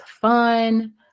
fun